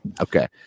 Okay